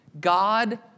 God